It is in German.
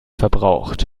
verbraucht